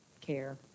care